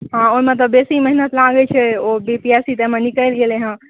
हँ ओहिमे तऽ बेसी मेहनत लागै छै ओ बीपीएससी तऽ एहिमे निकलि गेलै हँ